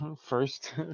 First